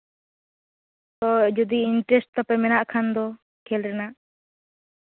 ᱛᱚ ᱡᱚᱫᱤ ᱤᱱᱴᱟᱨᱮᱹᱥᱴ ᱛᱟᱯᱮ ᱢᱮᱱᱟᱜ ᱠᱷᱟᱱ ᱫᱚ ᱠᱷᱮᱞ ᱨᱮᱱᱟᱜ